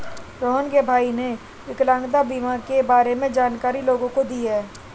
रोहण के भाई ने विकलांगता बीमा के बारे में जानकारी लोगों को दी